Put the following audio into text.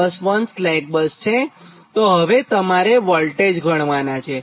બસ 1 slack બસ છે તો તમારે હવે વોલ્ટેજ ગણવાનાં છે